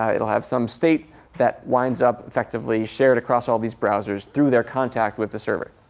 ah it'll have some state that winds up effectively shared across all these browsers through their contact with the server.